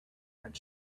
had